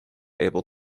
able